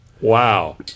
Wow